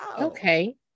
okay